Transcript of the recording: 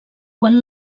quan